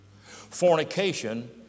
Fornication